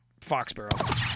Foxborough